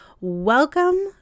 Welcome